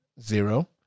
zero